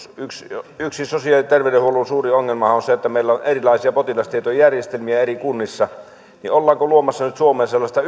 kokonaan niin yksi sosiaali ja terveydenhuollon suuri ongelmahan on se että meillä on erilaisia potilastietojärjestelmiä eri kunnissa ollaanko nyt luomassa suomeen sellaista